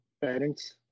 Parents